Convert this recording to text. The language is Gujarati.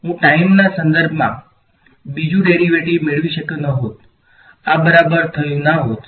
હું ટાઈમના સંદર્ભમાં બીજું ડેરિવેટિવ મેળવી શક્યો ન હોત આ બરાબર થયુ ના હોત